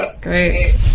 great